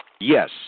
Yes